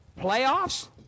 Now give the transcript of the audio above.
Playoffs